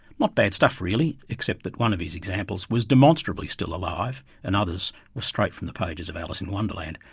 not bad stuff really except that one of his examples was demonstrably still alive and the others were straight from the pages of alice in wonderland.